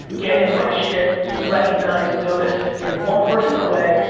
getting my shit recognized, noticed. you're one person away,